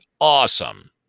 awesome